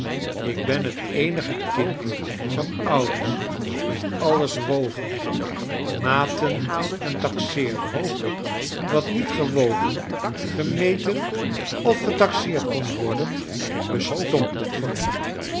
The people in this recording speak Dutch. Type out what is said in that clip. ik ben het eenige kind van ouders die alles wogen maten en taxeerden wat niet gewogen gemeten of getaxeerd kon worden bestond niet voor hen